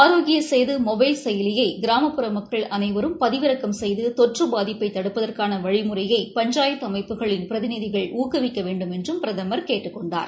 ஆரோக்கிய Setu mobile செயலியை கிராமப்புற மக்கள் அனைவரும் பதிவிறக்கம் செய்து தொற்று பாதிப்பை தடுப்பதற்னன வழிமுறையை பஞ்சாயத்து அமைப்புகளின் பிரதிநிதிகள் ஊக்குவிக்க வேண்டும் என்று பிரதமர் கேட்டுக் கொண்டார்